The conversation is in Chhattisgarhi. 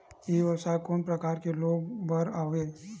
ई व्यवसाय कोन प्रकार के लोग बर आवे?